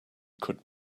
could